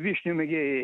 vyšnių mėgėjai